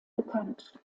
bekannt